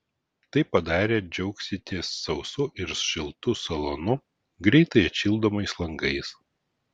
tai padarę džiaugsitės sausu ir šiltu salonu greitai atšildomais langais